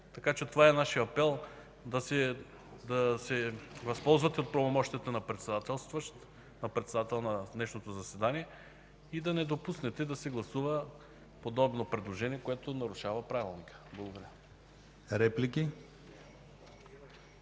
Това е нашият апел – да се възползвате от правомощията на председателстващ, на председател на днешното заседание, и да не допуснете да се гласува подобно предложение, което нарушава Правилника. Благодаря.